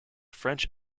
french